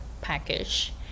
package